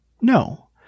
No